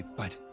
but.